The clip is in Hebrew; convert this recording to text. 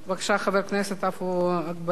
חבר הכנסת עפו אגבאריה,